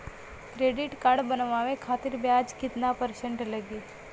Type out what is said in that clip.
Credit card बनवाने खातिर ब्याज कितना परसेंट लगी?